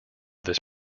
this